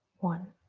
one.